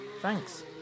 Thanks